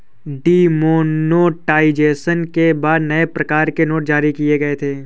demonetisation के बाद नए प्रकार के नोट जारी किए गए थे